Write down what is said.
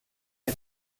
der